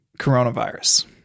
coronavirus